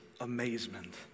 amazement